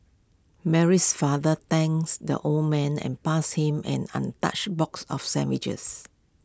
Mary's father thanks the old man and passed him an untouched box of sandwiches